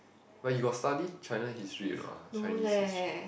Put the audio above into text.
but you got study China history or not ah Chinese history